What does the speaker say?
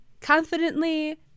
confidently